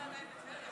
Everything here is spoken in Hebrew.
חבר'ה, השר מדבר.